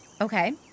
Okay